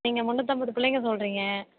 நீங்கள் முன்னூத்தம்பது பிள்ளைங்க சொல்கிறீங்க